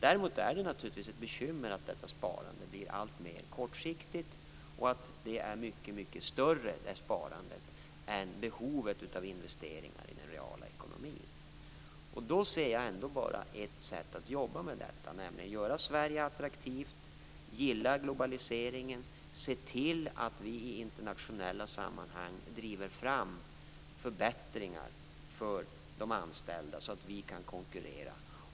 Däremot är det naturligtvis ett bekymmer att detta sparande blir alltmer kortsiktigt. Sparandet är mycket större än behovet av investeringar i den reala ekonomin. Jag ser ändå bara ett sätt att jobba med detta, nämligen att göra Sverige attraktivt, gilla globaliseringen och se till att vi i internationella sammanhang driver fram förbättringar för de anställda så att vi kan konkurrera.